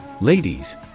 Ladies